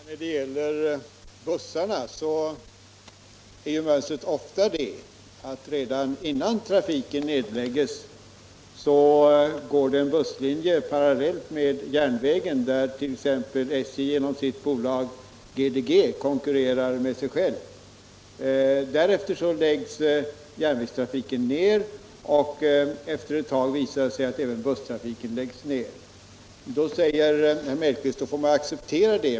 Herr talman! Mönstret är ju ofta det, att redan innan trafiken läggs ned går det en busslinje parallellt med järnvägen, så att t.ex. SJ genom sitt bolag GDG konkurrerar med sig själv. Därefter läggs järnvägstrafiken ner, och efter en tid läggs även busstrafiken ner. Då får man acceptera det, säger herr Mellqvist.